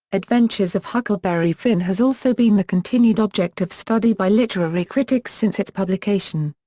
adventures of huckleberry finn has also been the continued object of study by literary critics since its publication.